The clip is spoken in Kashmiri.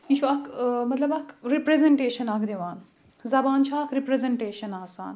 یہِ چھُ اَکھ مطلب اَکھ رِپرٛٮ۪زٮ۪نٹیشَن اَکھ دِوان زَبان چھِ اَکھ رِپرٛٮ۪زٮ۪نٹیشَن آسان